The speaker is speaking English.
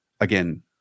again